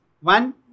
One